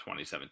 2017